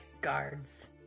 guards